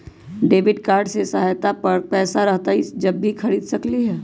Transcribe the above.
Debit card से खाता पर पैसा रहतई जब ही खरीद सकली ह?